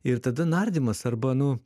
ir tada nardymas arba nu